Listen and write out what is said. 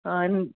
ਹਾਂ